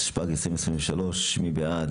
התשפ"ג 2023. מי בעד?